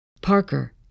Parker